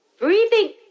breathing